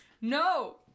no